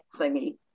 thingy